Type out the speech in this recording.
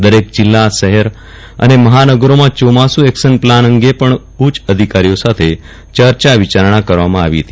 દરેક જિલ્લા શફેર અને મફાનગરોમાં ચોમાસુ એક્શન પ્લાન અંગે પણ ઉચ્ચ અધિકારીઓ સાથે ચર્ચા વિચારણા કરવામાં આવી ફતી